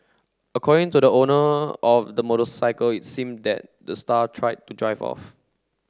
according to the owner of the motorcycle it seemed that the star tried to drive off